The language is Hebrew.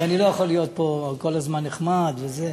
הרי אני לא יכול להיות פה כל הזמן נחמד וזה.